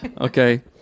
okay